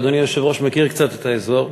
ואדוני היושב-ראש מכיר קצת את האזור.